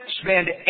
spend